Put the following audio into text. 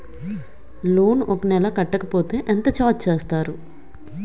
Loan ఒక నెల కట్టకపోతే ఎంత ఛార్జ్ చేస్తారు?